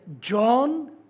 John